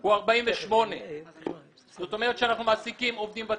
הוא 48. זאת אומרת, אנחנו מעסיקים עובדים ותיקים,